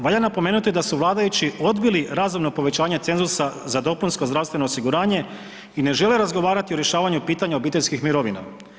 Valja napomenuti da su vladajući odbili razumno povećanje cenzusa za dopunsko zdravstveno osiguranje i ne žele razgovarati o rješavanju pitanja obiteljskih mirovina.